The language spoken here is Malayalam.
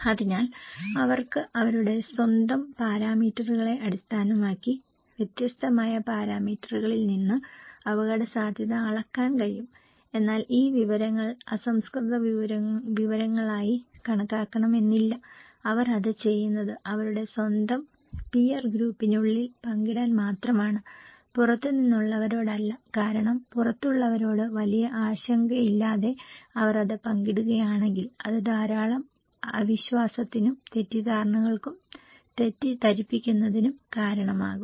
അതിനാൽ അവർക്ക് അവരുടെ സ്വന്തം പാരാമീറ്ററുകളെ അടിസ്ഥാനമാക്കി വ്യത്യസ്തമായ പാരാമീറ്ററുകളിൽ നിന്ന് അപകടസാധ്യത അളക്കാൻ കഴിയും എന്നാൽ ഈ വിവരങ്ങൾ അസംസ്കൃത വിവരങ്ങളായി കണക്കാക്കണമെന്നില്ല അവർ അത് ചെയ്യുന്നത് അവരുടെ സ്വന്തം പിയർ ഗ്രൂപ്പിനുള്ളിൽ പങ്കിടാൻ മാത്രമാണ് പുറത്തുനിന്നുള്ളവരോടല്ല കാരണം പുറത്തുള്ളവരോട് വലിയ ആശങ്കയില്ലാതെ അവർ അത് പങ്കിടുകയാണെങ്കിൽ അത് ധാരാളം അവിശ്വാസത്തിനും തെറ്റിദ്ധാരണകൾക്കും തെറ്റിദ്ധരിപ്പിക്കുന്നതിനും കാരണമാകും